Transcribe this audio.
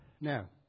Now